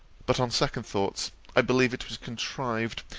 but, on second thoughts, i believe it was contrived,